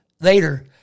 later